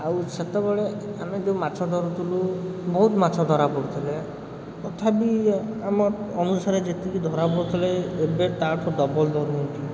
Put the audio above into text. ଆଉ ସେତେବେଳେ ଆମେ ଯେଉଁ ମାଛ ଧରୁଥିଲୁ ବହୁତ ମାଛ ଧରା ପଡ଼ୁଥିଲେ ତଥାପି ଆମ ଅନୁସାରେ ଯେତିକି ଧରା ପଡ଼ୁଥିଲେ ଏବେ ତା'ଠୁ ଡବଲ୍ ଧରୁଛନ୍ତି